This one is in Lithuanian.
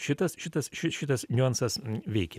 šitas šitas ši šitas niuansas veikė